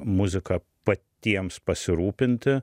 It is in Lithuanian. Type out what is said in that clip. muzika patiems pasirūpinti